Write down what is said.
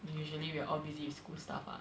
usually we're all busy with school stuff lah